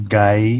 guy